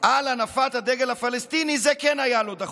על הנפת הדגל הפלסטיני זה כן היה לו דחוף.